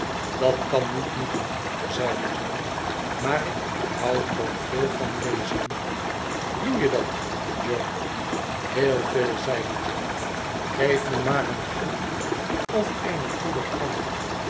dat kan niet moeten zeide jo maar ik hou toch veel van lezen doe je dat jo heel veel zeide jo geef me maar een goed boek of eene goede krant